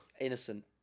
Innocent